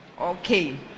Okay